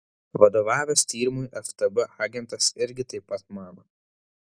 vadovavęs tyrimui ftb agentas irgi taip pat mano